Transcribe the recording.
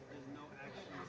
no actions